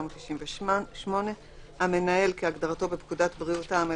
התשנ"ח 1998. "המנהל" כהגדרתו בפקודת בריאות העם,